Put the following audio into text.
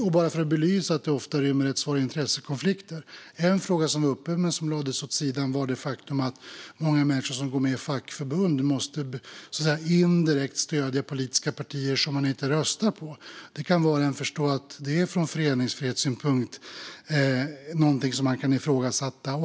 Ofta föreligger rätt svåra intressekonflikter. En fråga som var uppe men som lades åt sidan var det faktum att många människor som går med i fackförbund indirekt måste stödja politiska partier som de inte röstar på. Var och en kan förstå att det ur föreningsfrihetssynpunkt är någonting som man kan ifrågasätta.